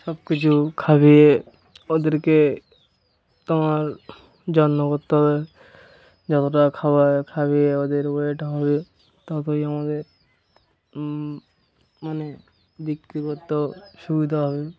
সব কিছু খাইয়ে ওদেরকে তোমার যত্ন করতে হবে যতটা খাওয়ার খাইয়ে ওদের ওয়েট হবে ততই আমাদের মানে বিক্রি করতেও সুবিধা হবে